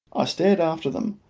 i stared after them,